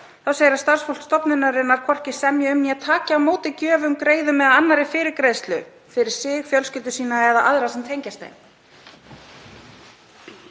segir að starfsfólk stofnunarinnar hvorki semji um né taki á móti gjöfum, greiðum eða annarri fyrirgreiðslu fyrir sig, fjölskyldu sína eða aðra sem tengjast